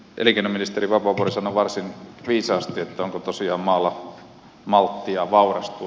elinkeinoministeri vapaavuori sanoi varsin viisaasti että onko tosiaan maalla malttia vaurastua